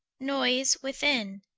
noyse within.